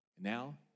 Now